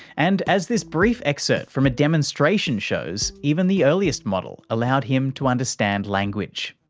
and, as this brief excerpt from a demonstration shows, even the earliest model allowed him to understand language.